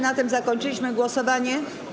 Na tym zakończyliśmy głosowanie.